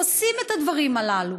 עושים את הדברים הללו.